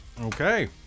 Okay